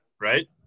right